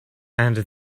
and